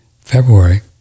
February